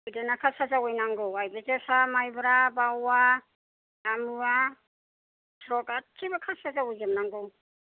बिदिनो खासिया जावैनांगौ आय जोसा मायब्रा बावा दामुवा बिसोर गासैबो खासिया जावैजोबनांगौ